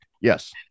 yes